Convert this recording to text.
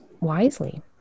wisely